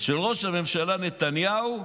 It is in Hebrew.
של ראש הממשלה נתניהו,